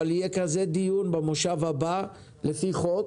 אבל יהיה כזה דיון במושב הבא לפי חוק,